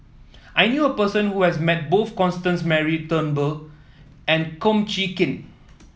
I knew a person who has met both Constance Mary Turnbull and Kum Chee Kin